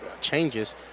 changes